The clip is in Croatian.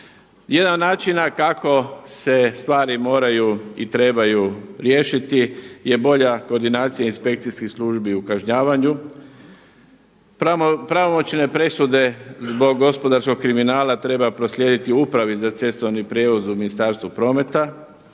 Jedan od načina kako se stvari moraju i trebaju riješiti je bolja koordinacija inspekcijskih službi u kažnjavanju. Pravomoćne presude zbog gospodarskog kriminala treba proslijediti Upravi za cestovni prijevoz u Ministarstvu prometa,